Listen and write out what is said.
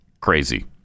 Crazy